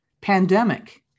pandemic